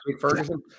Ferguson